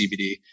CBD